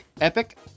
epic